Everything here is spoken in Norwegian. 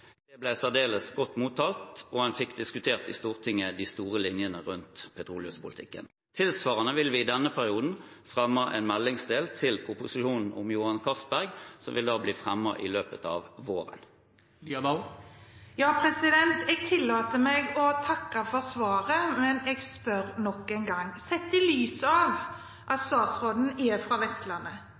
Det ble særdeles godt mottatt, og en fikk diskutert i Stortinget de store linjene rundt petroleumspolitikken. Tilsvarende vil vi i denne perioden fremme en meldingsdel til proposisjonen om Johan Castberg, som vil bli fremmet i løpet av våren. Jeg tillater meg å takke for svaret, men jeg spør nok en gang: Sett i lys av at statsråden er fra Vestlandet